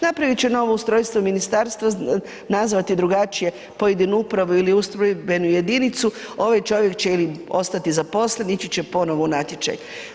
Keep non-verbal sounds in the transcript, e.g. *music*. Napraviti će novo ustrojstvo ministarstva nazvati drugačije pojedinu upravu ili ustrojbenu jedinicu, ovaj čovjek će ili ostati za … *unintelligible* ići će ponovno u natječaj.